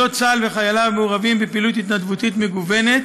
יחידות צה"ל וחייליו מעורבים בפעילות התנדבותית מגוונת,